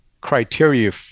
criteria